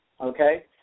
okay